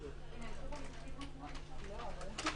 נתונים חשובים.